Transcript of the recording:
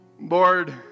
Lord